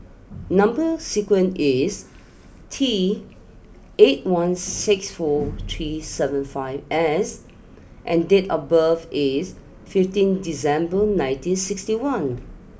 number sequence is T eight one six four three seven five S and date of birth is fifteen December nineteen sixty one